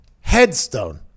headstone